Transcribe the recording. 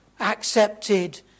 accepted